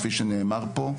כמו שנאמר פה.